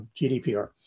GDPR